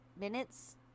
minutes